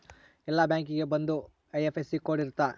ಎಲ್ಲಾ ಬ್ಯಾಂಕಿಗೆ ಒಂದ್ ಐ.ಎಫ್.ಎಸ್.ಸಿ ಕೋಡ್ ಇರುತ್ತ